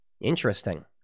Interesting